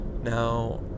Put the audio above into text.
Now